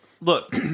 look